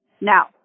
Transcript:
Now